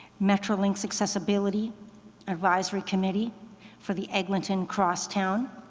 metrolinx accessibility advisory committee for the eglinton crosstown,